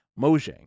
Mojang